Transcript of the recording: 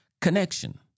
Connection